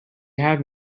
have